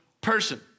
person